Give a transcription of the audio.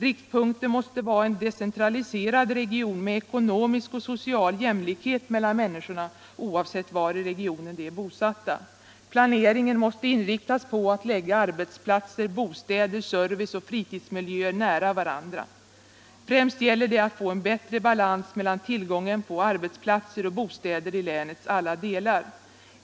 Riktpunkten måste vara en decentraliserad region med ekonomisk och social jämlikhet mellan människorna, oavsett var i regionen de är bosatta. Planeringen måste inriktas på att lägga arbetsplatser, bostäder, service och fritidsmiljöer nära varandra. Främst gäller det att få en bättre balans mellan tillgången på arbetsplatser och bostäder i länets alla delar.